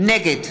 נגד